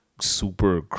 super